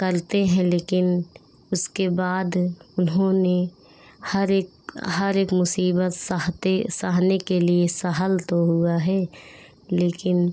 करते हैं लेकिन उसके बाद उन्होंने हर एक हर एक मुसीबत सहते सहने के लिए सहल तो हुआ है लेकिन